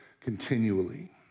continually